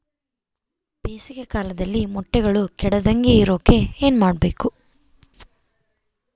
ಬೇಸಿಗೆ ಕಾಲದಲ್ಲಿ ಮೊಟ್ಟೆಗಳು ಕೆಡದಂಗೆ ಇರೋಕೆ ಏನು ಮಾಡಬೇಕು?